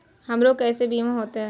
हमरा केसे बीमा होते?